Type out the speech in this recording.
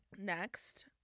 Next